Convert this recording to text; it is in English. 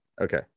Okay